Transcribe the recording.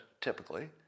typically